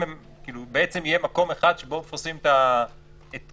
בנושא הזה של הנגישות